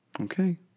Okay